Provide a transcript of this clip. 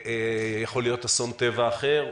ויכול להיות אסון טבע אחר,